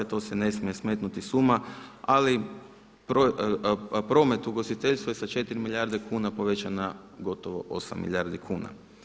To se ne smije smetnuti s uma, ali promet u ugostiteljstvu je sa 4 milijarde kuna povećan na gotovo 8 milijardi kuna.